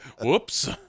Whoops